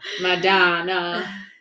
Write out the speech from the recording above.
Madonna